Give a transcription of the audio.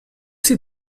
see